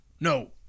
No